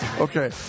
Okay